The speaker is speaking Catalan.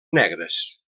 negres